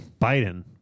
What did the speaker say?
Biden